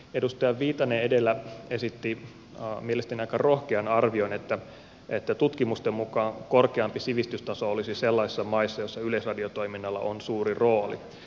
edustaja viitanen edellä esitti mielestäni aika rohkean arvion että tutkimusten mukaan korkeampi sivistystaso olisi sellaisissa maissa joissa yleisradiotoiminnalla on suuri rooli